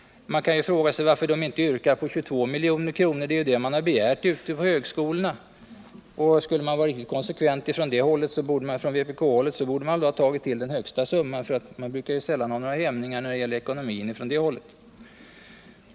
Man kan ju undra varför de inte yrkar på 22 milj.kr. — det är ju det belopp som man har begärt ute på högskolorna. Skulle de ha varit riktigt konsekventa på vpk-kanten, borde de väl ha tagit till den högsta summan — man brukar sällan ha några hämningar när det gäller ekonomin på det hållet.